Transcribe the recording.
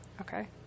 Okay